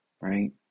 right